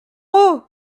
haut